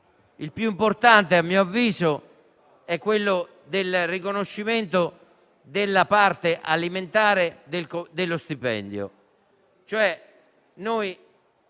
il più importante - a mio avviso - è il riconoscimento della parte alimentare dello stipendio.